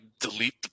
delete